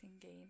game